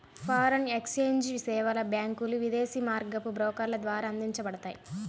foreign exchange సేవలు బ్యాంకులు, విదేశీ మారకపు బ్రోకర్ల ద్వారా అందించబడతాయి